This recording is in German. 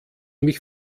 mich